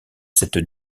cette